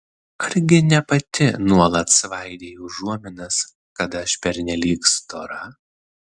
argi ne pati nuolat svaidei užuominas kad aš pernelyg stora